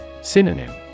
Synonym